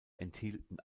enthielten